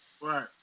Right